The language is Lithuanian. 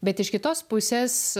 bet iš kitos pusės